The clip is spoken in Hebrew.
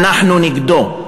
אנחנו נגדו.